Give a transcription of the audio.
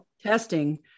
testing